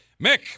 Mick